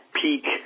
peak